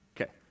Okay